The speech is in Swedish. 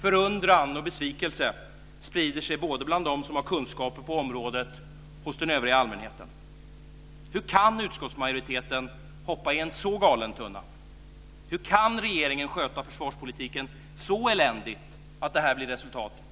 Förundran och besvikelse sprider sig både bland dem som har kunskaper på området och hos den övriga allmänheten. Hur kan utskottsmajoriteten hoppa i en så galen tunna? Hur kan regeringen sköta försvarspolitiken så eländigt att detta blir resultatet?